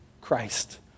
Christ